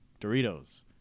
Doritos